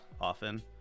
often